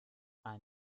ein